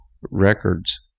records